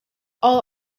all